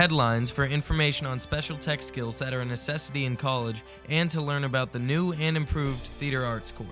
headlines for information on special tech skills that are a necessity in college and to learn about the new and improved theater arts